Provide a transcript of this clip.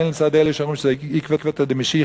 בין מצד אלה שאומרים שזה עקבתא דמשיחא,